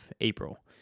April